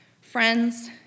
Friends